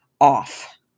off